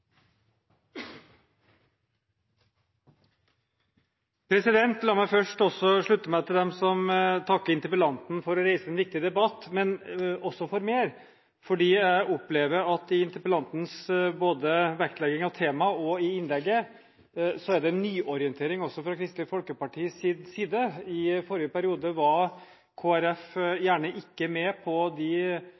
La meg først slutte meg til dem som har takket interpellanten for å reise en viktig debatt, men også for mer, for jeg opplever en nyorientering fra Kristelig Folkepartis side i interpellantens vektlegging av temaet og i innlegget. I forrige periode var Kristelig Folkeparti gjerne ikke med på de satsingene som var, f.eks. på økt timetall på